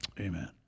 Amen